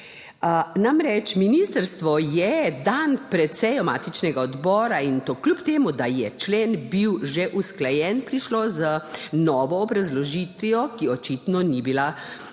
Namreč, ministrstvo je dan pred sejo matičnega odbora, in to kljub temu da je bil člen že usklajen, prišlo z novo obrazložitvijo, ki očitno ni bila